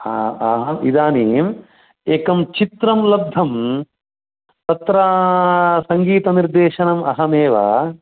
इदानीम् एकं चित्रं लब्धं तत्र सङ्गीतनिर्देशनम् अहमेव